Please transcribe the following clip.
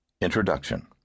Introduction